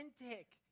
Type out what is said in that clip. authentic